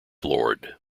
lord